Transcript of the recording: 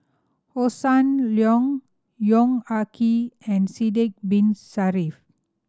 Hossan Leong Yong Ah Kee and Sidek Bin Saniff